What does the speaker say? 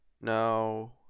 no